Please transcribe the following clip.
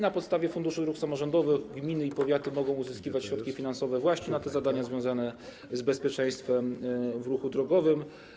Na podstawie Funduszu Dróg Samorządowych gminy i powiaty mogą uzyskiwać środki finansowe właśnie na te zadania związane z bezpieczeństwem w ruchu drogowym.